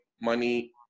money